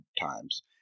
times